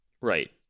Right